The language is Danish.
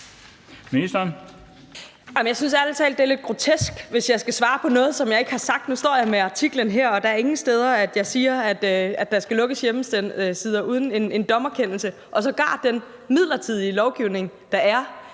jeg synes ærlig talt, det er lidt grotesk, hvis jeg skal svare på noget, som jeg ikke har sagt. Nu står jeg med artiklen her, og der står ingen steder, at jeg siger, at der skal lukkes hjemmesider uden en dommerkendelse. Og sågar den midlertidige lovgivning, der